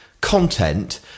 content